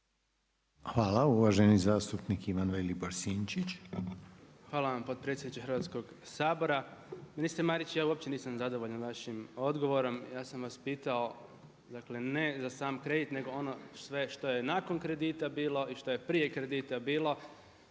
Vilibor Sinčić. **Sinčić, Ivan Vilibor (Živi zid)** Hvala vam potpredsjedniče Hrvatskog sabora. Ministre Marić, ja uopće nisam zadovoljan vašim odgovorom. Ja sam vas pitao, dakle ne za sam kredit nego ono sve što je nakon kredita bilo i što je prije kredita bilo,